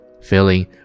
feeling